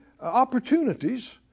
opportunities